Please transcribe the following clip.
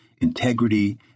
integrity